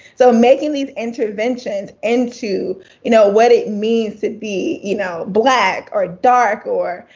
so making these interventions into you know what it means to be, you know, black, or dark, or,